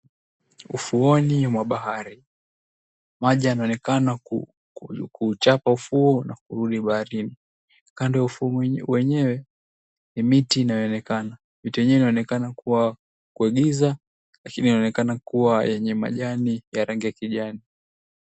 Ufuoni mwa bahari ,maji yanaonekana kuchapa ufuo na kurudi baharini. Kando ya ufuo wenyewe ni miti inaonekana .Miti inaonekana kuwa kwa giza lakini inaonekana kuwa yenye majani ya rangi ya kijani.